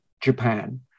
Japan